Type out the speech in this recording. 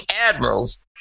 admirals